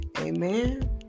Amen